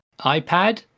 iPad